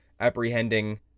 apprehending